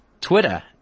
Twitter